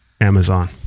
amazon